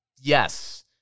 Yes